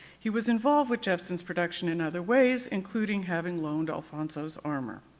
he was involved with jephson's production in other ways including having loaned alfonso's armor.